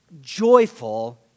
joyful